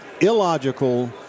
illogical